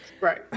right